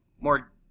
more